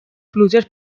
pluges